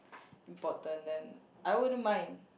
important then I wouldn't mind